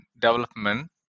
development